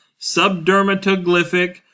Subdermatoglyphic